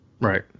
Right